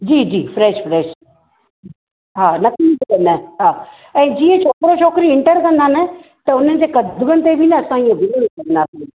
जी जी fresh fresh हा नकली खपंदा आहिनि हा ऐं जीअं छोकिरा छोकिरी ऐंटर कंदा न त हुननि जे कदमनि ते बि न असां इहो गुल विझंदासी